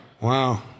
Wow